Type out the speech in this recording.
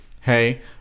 Hey